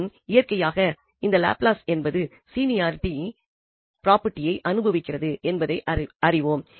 மற்றும் இயற்கையாக இந்த லாப்லஸ் என்பது லீனியாரிட்டி ப்ராபெர்ட்டியை அனுபவிக்கிறது என்பதை அறிவோம்